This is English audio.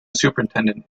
superintendent